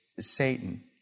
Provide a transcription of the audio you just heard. Satan